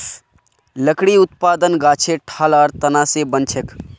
लकड़ी उत्पादन गाछेर ठाल आर तना स बनछेक